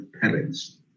parents